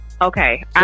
okay